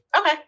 Okay